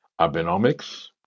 Abenomics